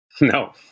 No